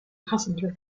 passenger